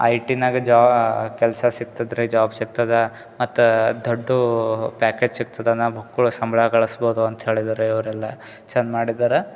I ಟಿನಾಗೆ ಜೊ ಕೆಲಸ ಸಿಕ್ತದೆ ರೀ ಜಾಬ್ ಸಿಕ್ತದೆ ಮತ್ತು ದೊಡ್ಡು ಪ್ಯಾಕೆಜ್ ಸಿಕ್ತದೆ ನಾ ಬುಕ್ಕೊಳ್ ಸಂಬ್ಳಗಳಿಸ್ಬೋದು ಅಂಥೇಳಿದರೆ ಅವ್ರು ಎಲ್ಲ ಚಂದ ಮಾಡಿದಾರ